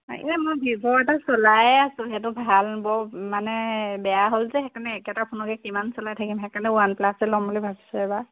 এনেই মই ভিভ' এটা চলাই আছোঁ সেইটো ভাল বৰ মানে বেয়া হ'ল যে সেইকাৰণে একেটা ফোনকে কিমান চলাই থাকিম সেইকাৰণে ৱান প্লাছেই ল'ম বুলি ভাবিছোঁ এইবাৰ